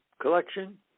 Collection